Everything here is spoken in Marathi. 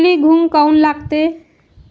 तुरीले घुंग काऊन लागते?